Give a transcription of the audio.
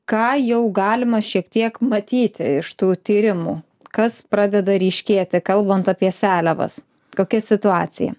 ką jau galima šiek tiek matyti iš tų tyrimų kas pradeda ryškėti kalbant apie seliavas kokia situacija